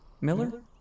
Miller